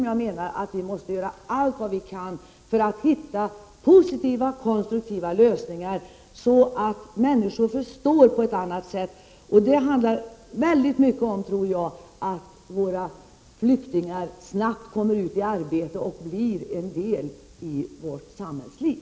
Jag menar att vi måste göra allt vad vi kan för att hitta positiva och konstruktiva lösningar så att människor får en bättre förståelse. Det handlar mycket om att våra flyktingar snabbt kommer ut i arbete och blir en del av vårt samhällsliv.